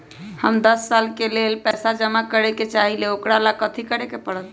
हम दस साल के लेल पैसा जमा करे के चाहईले, ओकरा ला कथि करे के परत?